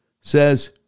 says